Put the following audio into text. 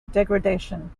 degradation